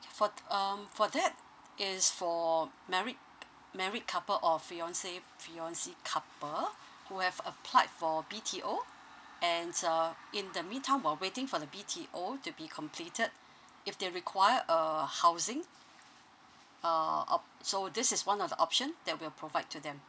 for um for that is for married married couple or fiance fiancee couple who have applied for B_T_O and uh in the meantime while waiting for the B_T_O to be completed if they require a housing uh op~ so this is one of the option that we'll provide to them